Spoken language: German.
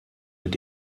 mit